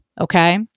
Okay